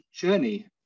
journey